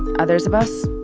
others of us,